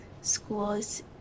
schools